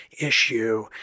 issue